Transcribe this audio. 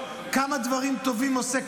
כמה דברים טובים הוא עושה,